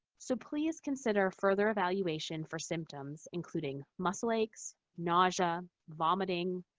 so please consider further evaluation for symptoms, including muscle aches, nausea, vomiting,